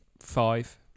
five